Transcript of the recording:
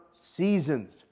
seasons